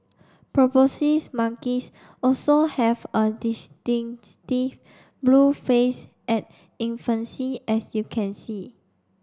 proboscis monkeys also have a distinctive blue face at infancy as you can see